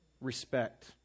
respect